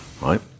Right